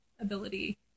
ability